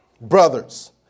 brothers